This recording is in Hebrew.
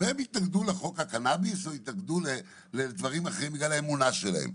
והם התנגדנו לחוק הקנאביס והתנגדו לדברים אחרים בגלל האמונה שלהם.